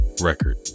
Record